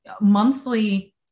monthly